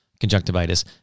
conjunctivitis